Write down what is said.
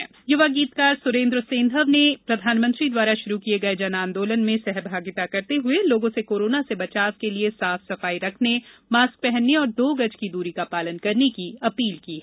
जन आंदोलन युवा गीतकार सुरेन्द्र सेंधव ने प्रधानमंत्री द्वारा शुरू किये गए जन आंदोलन में सहभागिता करते हुए लोगों से कोरोना से बचाव के लिए साफ सफाई रखने मास्क पहनने और दो गज की दूरी का पालन करने की अपील की है